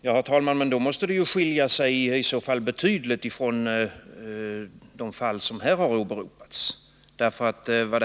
Herr talman! Men då måste det betydligt skilja sig från det fall som här har åberopats.